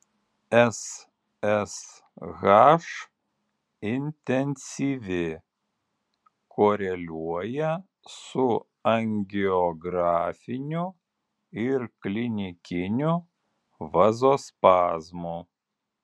ssh intensyvi koreliuoja su angiografiniu ir klinikiniu vazospazmu